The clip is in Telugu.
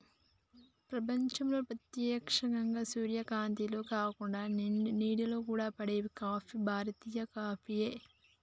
ప్రపంచంలో ప్రేత్యక్ష సూర్యకాంతిలో కాకుండ నీడలో కూడా పండే కాఫీ భారతీయ కాఫీయే